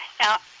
Now